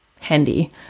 handy